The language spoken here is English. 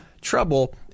trouble